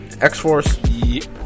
x-force